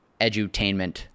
edutainment